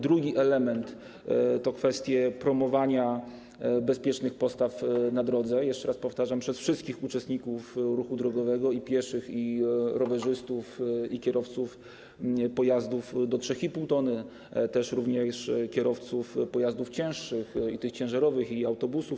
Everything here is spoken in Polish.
Drugi element to kwestie promowania bezpiecznych postaw na drodze - jeszcze raz powtarzam - wśród wszystkich uczestników ruchu drogowego: pieszych, rowerzystów, kierowców pojazdów do 3,5 t, również kierowców pojazdów cięższych: i tych ciężarowych, i autobusów.